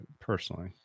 personally